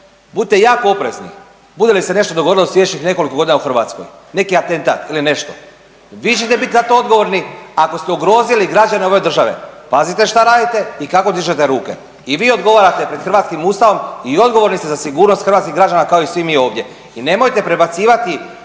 budite jako oprezni bude li se nešto dogodilo u sljedećih nekoliko godina u Hrvatskoj, neki atentat ili nešto. Vi ćete biti za to odgovorni, ako ste ugrozili građane ove države, pazite šta radite i kako dižete ruke. I vi odgovarate pred hrvatskim Ustavom i odgovorni ste za sigurnost hrvatskih građana, kao i svi mi ovdje i nemojte prebacivati